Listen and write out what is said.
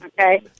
Okay